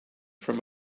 from